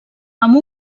amb